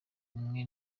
amwe